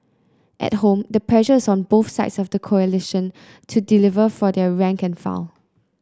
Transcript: at home the pressure is on both sides of the coalition to deliver for their rank and file